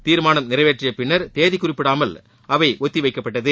தீர்மானம் நிறைவேற்றியப் பின்னர் தேதி குறிப்பிடாமல் அவை ஒத்திவைக்கப்பட்டது